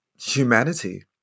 humanity